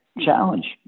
challenge